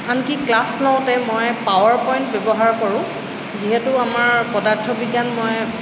আনকি ক্লাছ লওঁতে মই পাৱাৰ পইণ্ট ব্যৱহাৰ কৰোঁ যিহেতু আমাৰ পদাৰ্থ বিজ্ঞান মই